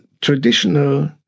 traditional